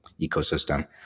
ecosystem